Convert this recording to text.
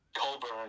colburn